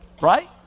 right